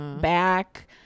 back